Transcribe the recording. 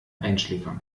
einschläfern